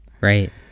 right